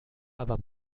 aber